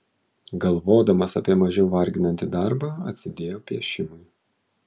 galvodamas apie mažiau varginantį darbą atsidėjo piešimui